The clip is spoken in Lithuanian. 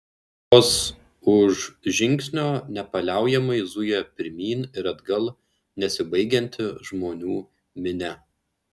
vos už žingsnio nepaliaujamai zuja pirmyn ir atgal nesibaigianti žmonių minia